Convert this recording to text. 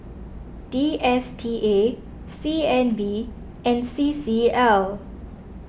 D S T A C N B and C C L